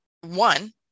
one